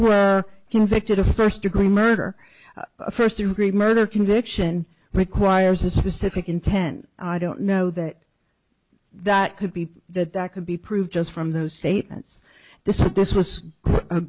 were convicted of first degree murder a first degree murder conviction requires a specific intent and i don't know that that could be that that could be proved just from those statements this is this was